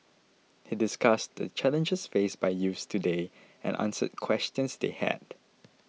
he discussed the challenges faced by youths today and answered questions they had